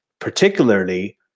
particularly